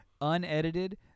unedited